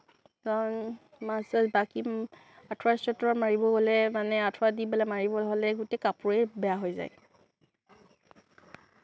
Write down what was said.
কাৰণ মাছ চাছ বাকী আঠুৱা চাঠুৱা মাৰিব গ'লে মানে আঠুৱা দি পেলাই মাৰিব হ'লে গোটেই কাপোৰেই বেয়া হৈ যায়